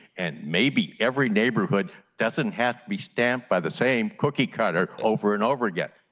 and maybe every neighborhood doesn't have to be stamped by the same cookie-cutter over and over again,